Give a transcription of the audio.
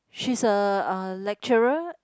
she's a uh lecturer